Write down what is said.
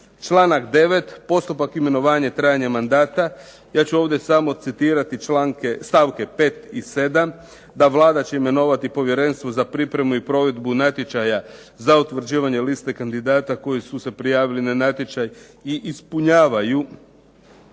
Članak 9. postupak imenovanja trajanja mandata. Ja ću ovdje samo citirate stavke 5. i 7. da Vlada će imenovati povjerenstvo za pripremu i provedbu natječaja za utvrđivanje liste kandidata koji su se prijavili na natječaj i ispunjavaju